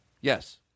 Yes